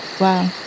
Wow